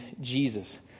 Jesus